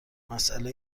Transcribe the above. مساله